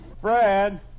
Fred